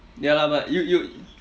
ya lah but you you